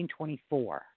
1924